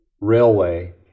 railway